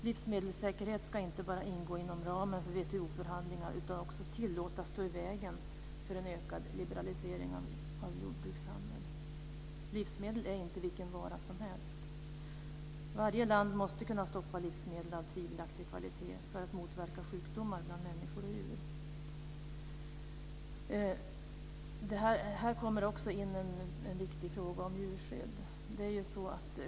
Livsmedelssäkerhet ska inte bara ingå inom ramen för WTO förhandlingar utan också tillåtas stå i vägen för en ökad liberalisering av jordbrukshandeln. Livsmedel är inte vilka varor som helst. Varje land måste kunna stoppa livsmedel av tvivelaktig kvalitet för att motverka sjukdomar bland människor och djur. Här kommer också en viktig fråga om djurskydd in.